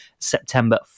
September